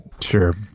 Sure